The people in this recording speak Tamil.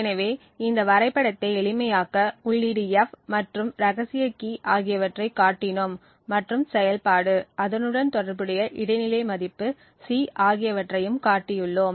எனவே இந்த வரைபடத்தை எளிமையாக்க உள்ளீடு F மற்றும் ரகசிய கீ ஆகியவற்றைக் காட்டினோம் மற்றும் செயல்பாடு அதனுடன் தொடர்புடைய இடைநிலை மதிப்பு C ஆகியவற்றையும் காட்டியுள்ளோம்